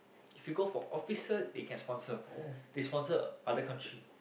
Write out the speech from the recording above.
if you go for officer they can sponsor they sponsor other country